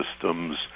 systems